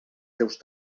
seus